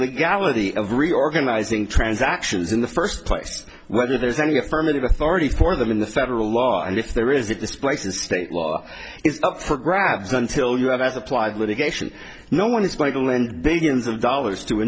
legality of reorganizing transactions in the first place whether there's any affirmative authority for them in the federal law and if there is it displaces state law is up for grabs until you have as applied litigation no one is going to lend billions of dollars to a